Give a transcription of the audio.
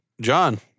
John